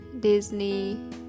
Disney